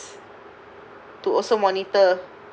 to also monitor